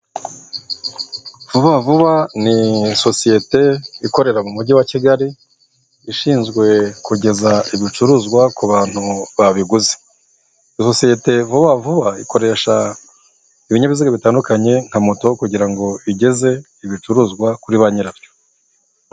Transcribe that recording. Vuba vuba ni sosiyete ikorera mu Mujyi wa Kigali, ishinzwe kugeza ibicuruzwa ku bantu babiguze. Isosiyete Vuba vuba, ikoresha ibinyabiziga bitandukanye nka moto kugira ngo igeze ibicuruzwa kuri ba nyirabyo.